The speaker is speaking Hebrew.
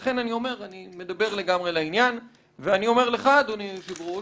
אני מדבר לגמרי לעניין ואני אומר לך אדוני היושב-ראש